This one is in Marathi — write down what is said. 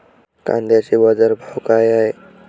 कांद्याचे बाजार भाव का हाये?